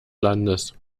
landes